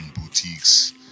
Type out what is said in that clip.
boutiques